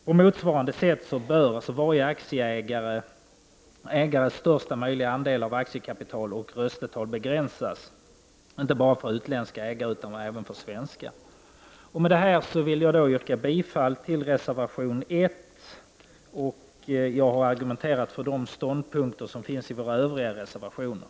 På motsvarande sätt bör varje aktieägares största möjliga andel av aktiekapital och röstetal begränsas inte bara för utländska ägare utan även för svenska. Med detta vill jag yrka bifall till reservation nr 1. Jag har argumenterat för de ståndpunkter som finns i våra övriga reservationer.